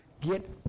Get